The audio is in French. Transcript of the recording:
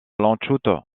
landshut